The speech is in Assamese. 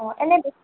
অঁ এনে